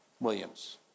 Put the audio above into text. Williams